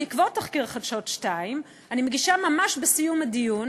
בעקבות תחקיר "חדשות 2" אני מגישה ממש בסיום הדיון